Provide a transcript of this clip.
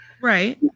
Right